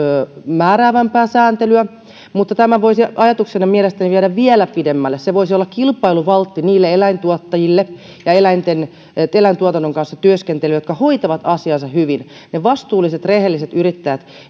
määräävämpää sääntelyä mutta tämän voisi ajatuksena mielestäni viedä vielä pidemmälle se voisi olla kilpailuvaltti niille eläintuottajille ja eläintuotannon kanssa työskenteleville jotka hoitavat asiansa hyvin ne vastuulliset rehelliset yrittäjät